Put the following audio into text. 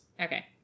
Okay